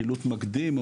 חילוט מקדים,